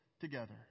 together